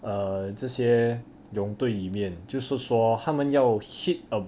err 这些永队里面就是说他们要 hit